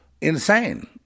insane